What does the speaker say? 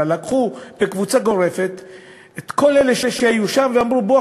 אלא לקחו כקבוצה גורפת את כל אלה שהיו שם ואמרו: בואו,